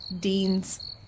Dean's